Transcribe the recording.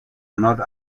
honor